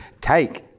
take